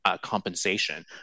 compensation